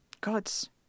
Gods